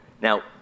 Now